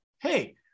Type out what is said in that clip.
hey